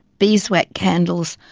beeswax candles,